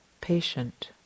patient